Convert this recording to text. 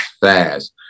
fast